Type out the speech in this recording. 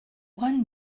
one